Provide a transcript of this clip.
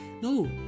no